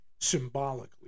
symbolically